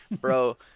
bro